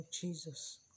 Jesus